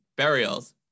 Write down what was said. burials